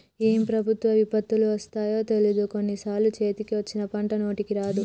ఏం ప్రకృతి విపత్తులు వస్తాయో తెలియదు, కొన్ని సార్లు చేతికి వచ్చిన పంట నోటికి రాదు